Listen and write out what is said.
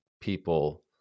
people